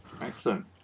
Excellent